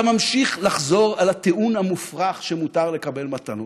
אתה ממשיך לחזור על הטיעון המופרך שמותר לקבל מתנות.